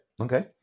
Okay